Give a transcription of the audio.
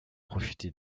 profiter